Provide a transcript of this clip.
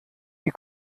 die